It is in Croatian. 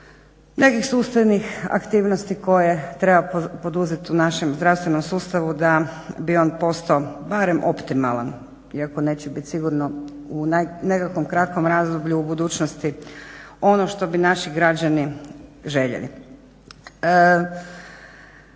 nekih sustavnih aktivnosti koje treba poduzeti u našem zdravstvenom sustavu da bi on postao barem optimalan iako neće biti sigurno u nekakvom kratkom razdoblju u budućnosti ono što bi naši građani željeli.